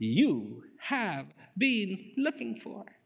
you have been looking for